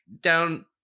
down